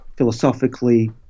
philosophically